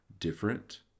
Different